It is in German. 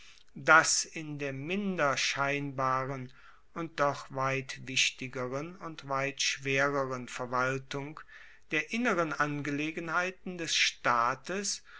dass in der minder scheinbaren und doch weit wichtigeren und weit schwereren verwaltung der inneren angelegenheiten des staates